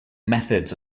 methods